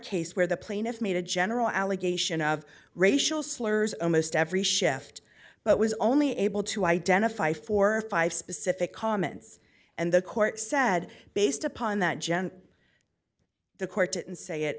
case where the plaintiff made a general allegation of racial slurs almost every shift but was only able to identify four or five specific comments and the court said based upon that gent the court didn't say it